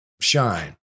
shine